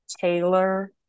Taylor